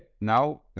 now